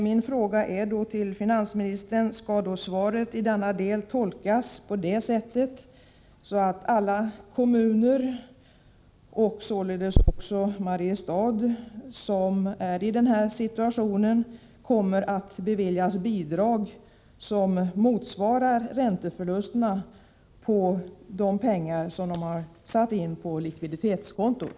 Min fråga till finansministern blir då: Skall svaret i denna del tolkas så, att alla kommuner — således även Mariestads kommun, som ju är i den situationen att man måste låna upp pengar — kommer att beviljas bidrag som motsvarar ränteförlusten på de pengar som satts in på likviditetskontot?